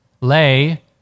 lay